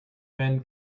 wenn